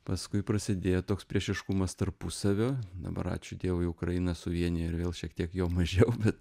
paskui prasidėjo toks priešiškumas tarpusavio dabar ačiū dievui ukraina suvienijo ir vėl šiek tiek jo mažiau bet